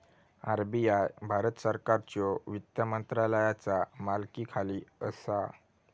RBI Bharat सरकारच्यो वित्त मंत्रालयाचा मालकीखाली असा